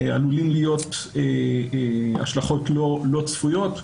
עלולות להיות השלכות לא צפויות.